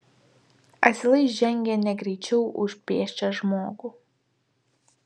asilai žengė negreičiau už pėsčią žmogų